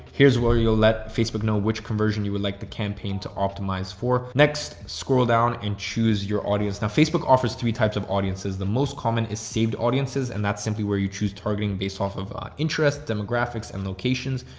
here's where you'll let facebook know which conversion you would like to campaign to optimize for. next, scroll down and choose your audience. now facebook offers three types of audiences. the most common is saved audiences, and that's simply where you choose targeting based off of interests, demographics, and locations.